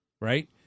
right